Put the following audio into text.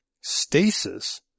stasis